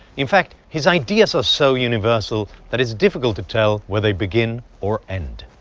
in fact, his ideas are so universal that it's difficult to tell where they begin or end.